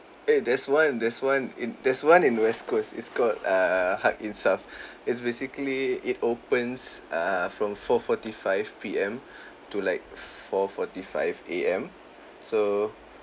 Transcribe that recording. eh there's one there's one in there's one in west coast it's called err haq-insaf it's basically it opens err from four forty five P_M to like four forty five A_M so